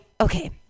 okay